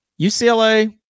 UCLA